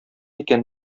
икән